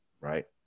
right